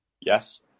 Yes